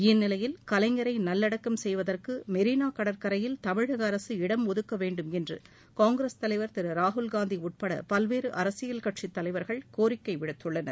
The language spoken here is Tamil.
இந்நிலையில் கலைஞரை நல்லடக்கம் செய்வதற்கு மெரினா கடற்கரையில் தமிழக அரசு இடம் ஒதுக்க வேண்டுமென்று காங்கிரஸ் தலைவர் திரு ராகுல்காந்தி உட்பட பல்வேறு அரசியல் கட்சித் தலைவர்கள் கோரிக்கை விடுத்துள்ளனர்